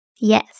Yes